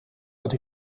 dat